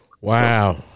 Wow